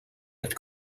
het